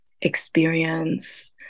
experience